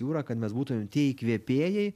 jūrą kad mes būtumėm tie įkvėpėjai